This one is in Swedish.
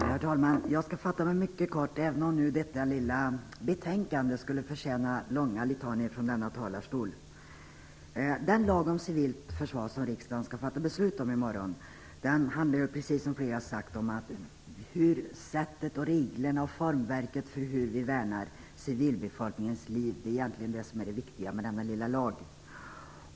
Herr talman! Jag skall fatta mig mycket kort, även om detta lilla betänkande kunde förtjäna långa litanior från denna talarstol. Den lag om civilt försvar som riksdagen i övermorgon skall fatta beslut om handlar, precis som flera har sagt, om sättet, reglerna och formverket för hur vi värnar civilbefolkningens liv. Det är egentligen det som är det viktiga med denna lilla lag.